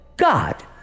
God